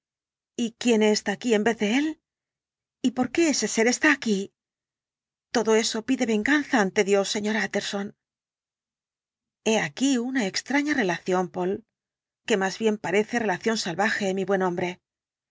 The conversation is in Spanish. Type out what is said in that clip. y quién está aquí en vez de él y por qué ese ser está aquí todo eso pide venganza ante dios sr tjtterson he aquí una extraña relación poole que más bien parece relación salvaje mi buen hombre